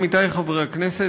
עמיתי חברי הכנסת,